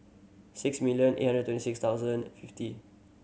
six million eight hundred twenty thoudand fifty